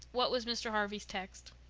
what was mr. harvey's text?